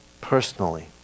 personally